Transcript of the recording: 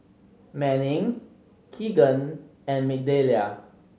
Manning Kegan and Migdalia